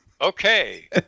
Okay